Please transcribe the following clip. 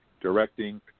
directing